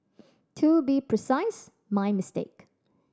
to be precise my mistake